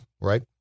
right